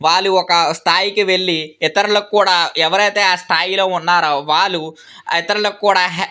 వాళ్ళు ఒక స్థాయికి వెళ్ళి ఇతరులకు కూడా ఎవరైతే ఆ స్థాయిలో ఉన్నారో వాళ్ళు ఇతరులకు కూడా